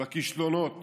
בכישלונות